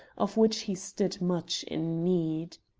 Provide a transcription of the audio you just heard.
of which he stood much in need.